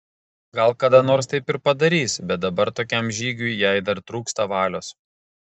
gal kada nors taip ir padarys bet dabar tokiam žygiui jai dar trūksta valios